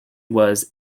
was